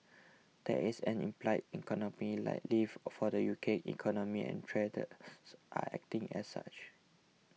that is an implied economic lift for the U K economy and traders are acting as such